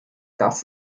das